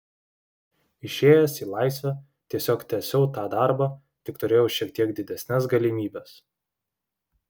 išėjęs į laisvę tiesiog tęsiau tą darbą tik turėjau šiek tiek didesnes galimybes